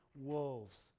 wolves